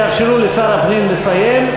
תאפשרו לשר הפנים לסיים,